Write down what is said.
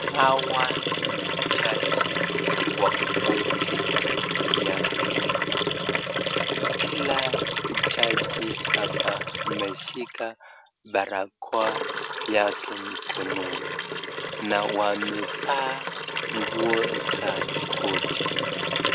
Hawa ni majaji wa koti ya Kenya. Kila jaji hapa ameshika barakoa yake mikononi na wamevaa nguo za koti.